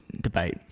debate